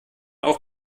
auch